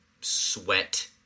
sweat